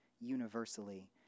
universally